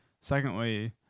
Secondly